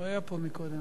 הוא היה פה קודם,